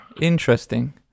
Interesting